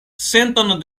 senton